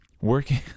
working